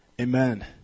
Amen